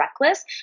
reckless